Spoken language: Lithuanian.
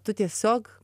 tu tiesiog